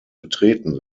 betreten